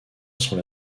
sont